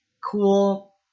cool